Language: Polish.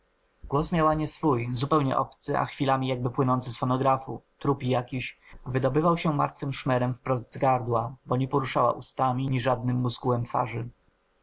nie swój zupełnie obcy a chwilami jakby płynący z fonografu trupi jakiś wydobywał się martwym szmerem wprost z gardła bo nie poruszała ustami ni żadnym muskułem twarzy